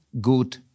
good